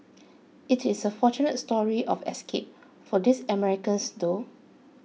it is a fortunate story of escape for these Americans though